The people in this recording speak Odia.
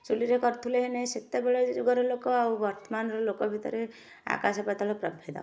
ଚୁଲିରେ ପାରୁଥିଲେ ନାହିଁ ସେତେବେଳେ ଯୁଗର ଲୋକ ଆଉ ବର୍ତ୍ତମାନର ଲୋକ ଭିତରେ ଆକାଶ ପାତାଳ ପ୍ରଭେଦ